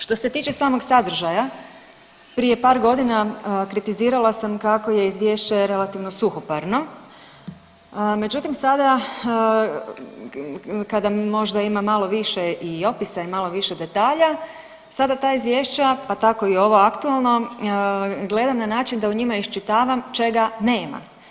Što se tiče samog sadržaja prije par godina kritizirala sam kako je izvješće relativno suhoparno, međutim sada kada možda ima malo više i opisa i malo više detalja sada ta izvješća, pa tako i ovo aktualno gledam na način da u njima iščitavam čega nema.